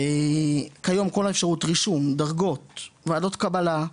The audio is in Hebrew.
כיום כל האפשריות, רישום, דרגות, ועדות קבלה,